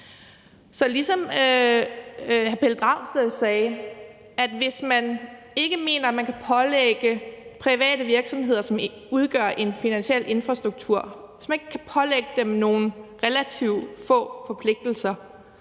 Så ligesom hr. Pelle Dragsted sagde, vil jeg sige, at hvis man ikke mener, at man kan pålægge private virksomheder, som udgør en finansiel infrastruktur, nogle relativt få forpligtelser,